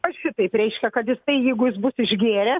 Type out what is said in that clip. aš šitaip reiškia kad jisai jeigu jis bus išgėręs